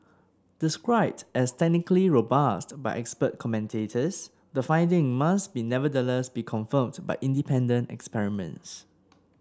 described as technically robust by expert commentators the findings must be nevertheless be confirmed by independent experiments